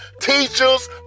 teachers